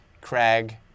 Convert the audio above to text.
craig